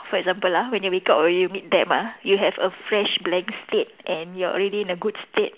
for example lah when you wake up or you meet them ah you have a fresh blank state and you are already in a good state